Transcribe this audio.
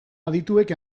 adituek